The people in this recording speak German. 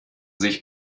sich